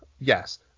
yes